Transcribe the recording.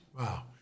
Wow